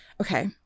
Okay